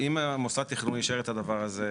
אם מוסד התכנון אישר את הדבר הזה,